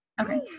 Okay